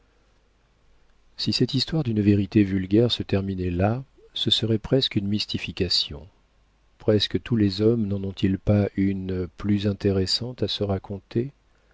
si cette histoire d'une vérité vulgaire se terminait là ce serait presque une mystification presque tous les hommes n'en ont-ils pas une plus intéressante à se raconter